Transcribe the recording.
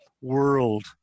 world